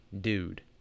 dude